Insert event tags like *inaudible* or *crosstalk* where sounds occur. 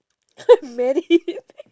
*laughs* married *laughs*